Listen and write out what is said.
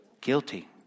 Guilty